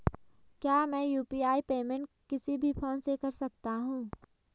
क्या मैं UPI payment किसी भी फोन से कर सकता हूँ?